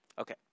Okay